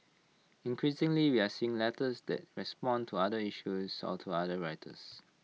increasingly we are seeing letters that respond to other issues or to other writers